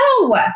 No